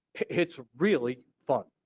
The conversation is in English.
it is really fun.